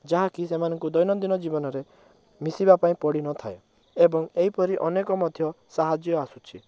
ଯାହାକି ସେମାନଙ୍କୁ ଦୈନନ୍ଦୀନ ଜୀବନରେ ମିଶିବାପାଇଁ ପଡ଼ିନଥାଏ ଏବଂ ଏହିପରି ଅନେକ ମଧ୍ୟ ସାହାଯ୍ୟ ଆସୁଛି